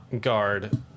guard